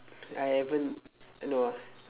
I haven't no ah